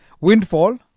windfall